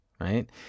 right